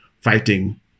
fighting